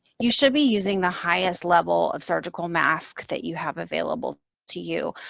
you should be using the highest level of surgical mask that you have available to you.